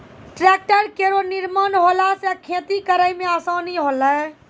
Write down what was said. tractor केरो निर्माण होला सँ खेती करै मे आसानी होलै